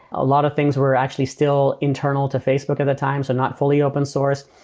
a lot of things were actually still internal to facebook at the time, so not fully open source,